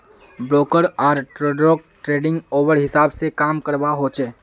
broker आर ट्रेडररोक trading hour हिसाब से काम करवा होचे